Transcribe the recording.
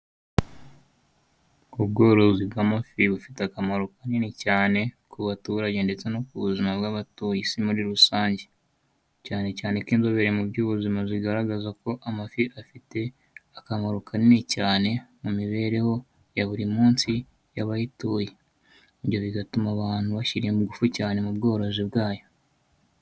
Ubworozi bw'amafi bufite akamaro kanini cyane ku baturage ndetse no ku buzima bw'abatuye isi muri rusange, cyane cyane ko inzobere mu by'ubuzima zigaragaza ko amafi afite akamaro kanini cyane mu mibereho ya buri munsi y'abayituye, ibyo bigatuma abantu bashyira ingufu cyane mu bworozi bwayo.